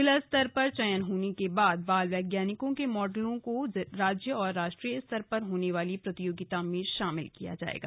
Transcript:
जिला स्तर पर चयन होने के बाद बाल वैज्ञानिकों के मॉडलों को राज्य और राष्ट्रीय स्तर पर होने वाली प्रतियोगिता में शामिल किया जायेगा